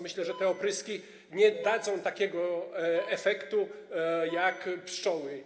Myślę, że te opryski nie dadzą takiego efektu jak pszczoły.